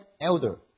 elder